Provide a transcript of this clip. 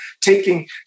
taking